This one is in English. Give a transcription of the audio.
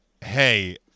hey